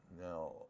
Now